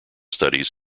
studies